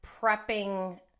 prepping